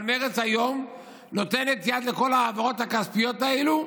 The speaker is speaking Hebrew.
אבל מרצ היום נותנת יד לכל ההעברות הכספיות האלו,